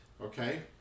Okay